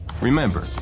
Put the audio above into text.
Remember